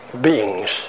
beings